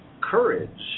courage